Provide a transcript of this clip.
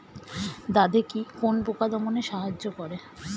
দাদেকি কোন পোকা দমনে সাহায্য করে?